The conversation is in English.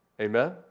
Amen